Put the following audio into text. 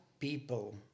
people